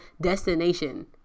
destination